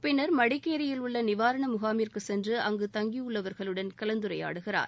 பின்னர் மடிக்கேரியில் உள்ள நிவாரண முகாமிற்கு சென்று அங்கு தங்கியுள்ளவர்களுடன் கலந்துரையாடுகிறார்